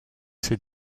ses